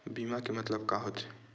बीमा के मतलब का होथे?